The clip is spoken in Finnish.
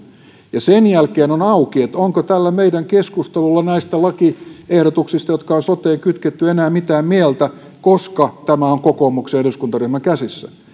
sen jälkeen on auki onko tällä meidän keskustelullamme näistä lakiehdotuksista jotka on soteen kytketty enää mitään mieltä koska tämä on kokoomuksen eduskuntaryhmän käsissä